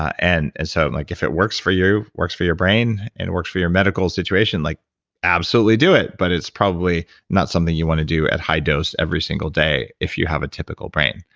and and so i'm like if it works for you, works for your brain, and works for your medical situation, like absolutely do it, but it's probably not something you wanna do at high dose every single day, if you have a typical brain.